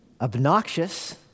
obnoxious